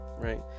right